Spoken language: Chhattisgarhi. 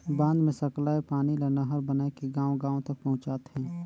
बांध मे सकलाए पानी ल नहर बनाए के गांव गांव तक पहुंचाथें